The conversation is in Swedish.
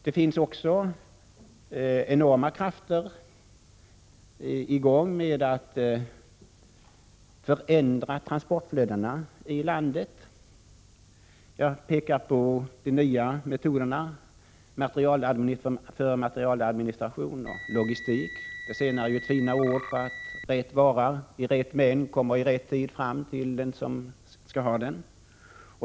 Det finns också enorma krafter i gång för att förändra transportlederna i landet. Jag kan peka på de nya metoderna för materialadministration och logistik — det senare ett finare ord för att rätt vara i rätt mängd kommer fram i rätt tid till den som skall ha den.